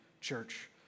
church